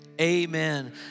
amen